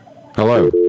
Hello